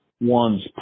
one's